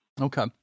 Okay